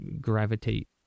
gravitate